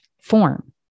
form